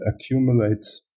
accumulates